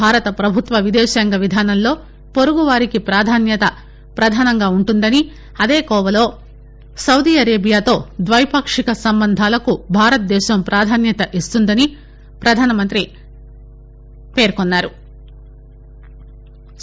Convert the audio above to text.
భారత పభుత్వ విదేశాంగ విధానంలో పొరుగువారికి పాధాన్యత ప్రధానంగా ఉంటుందని అదే కోవలో సౌదీ అరేబియాతో ద్వైపాక్షిక సంబంధాలకు భారతదేశం ప్రాధాన్యత ఇస్తుందని పధానమంత్రి నరేందమోదీ పేర్కొన్నారు